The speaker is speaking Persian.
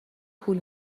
پول